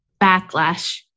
backlash